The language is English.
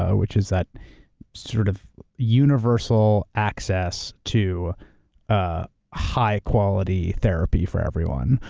ah which is that sort of universal access to ah high quality therapy for everyone,